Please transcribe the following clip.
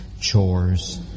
chores